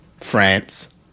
France